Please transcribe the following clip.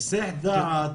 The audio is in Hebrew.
היסח דעת.